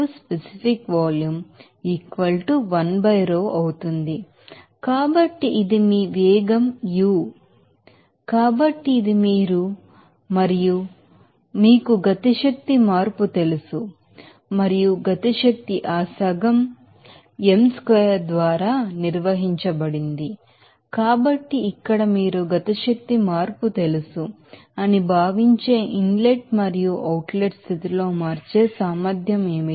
కాబట్టి ఇది మీ వేగం యు కాబట్టి ఇది మీరు మరియు కాబట్టి మీకు కైనెటిక్ ఎనెర్జిస్ చేంజ్ తెలుసు మరియు కైనెటిక్ ఎనెర్జి ఆ సగం m చతురస్రం ద్వారా నిర్వచించబడింది కాబట్టి ఇక్కడ మీరు కైనెటిక్ ఎనెర్జిస్ చేంజ్ తెలుసు అని భావించే ఇన్లెట్ మరియు అవుట్ లెట్ స్థితిలో మార్చే సామర్థ్యం ఏమిటి